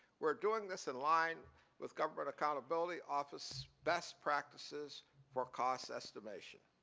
we are doing this in line with government accountability office best practices for cost estimation.